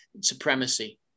supremacy